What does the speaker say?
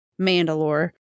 Mandalore